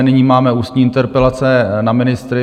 Nyní máme ústní interpelace na ministry.